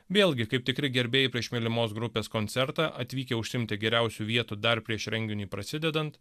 vėlgi kaip tikri gerbėjai prieš mylimos grupės koncertą atvykę užsiimti geriausių vietų dar prieš renginiui prasidedant